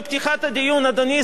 אדוני סגן ראש הממשלה,